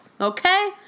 okay